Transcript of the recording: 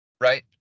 right